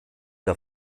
der